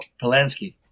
Polanski